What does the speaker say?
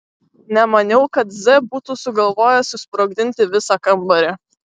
nemaniau kad z būtų sugalvojęs susprogdinti visą kambarį